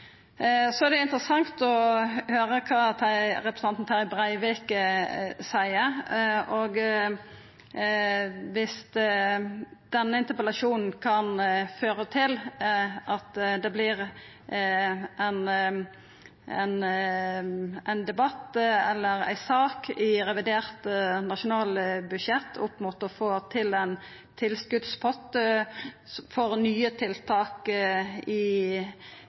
Det er interessant å høyra kva representanten Terje Breivik seier. Dersom denne interpellasjonen kan føra til at det vert ei sak i revidert nasjonalbudsjett opp mot å få til ein tilskotspott for nye tiltak i